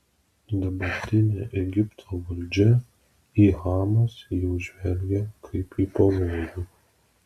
dabartinė egipto valdžia į hamas jau žvelgia kaip į pavojų